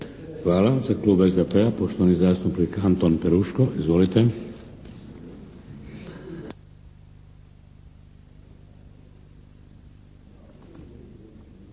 Hvala. Za Klub SDP-a poštovani zastupnik Anton Peruško. Izvolite!